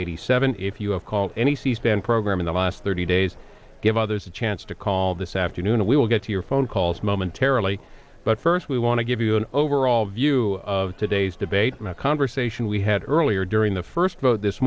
eighty seven if you have called any c span program in the last thirty days give others a chance to call this afternoon and we will get to your phone calls momentarily but first we want to give you an overall view of today's debate my conversation we had earlier during the first vote this